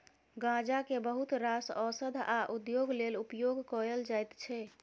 गांजा केँ बहुत रास ओषध आ उद्योग लेल उपयोग कएल जाइत छै